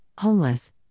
homeless